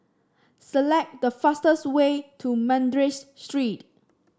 select the fastest way to Madras Street